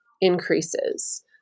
increases